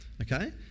okay